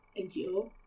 NGO